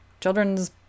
children's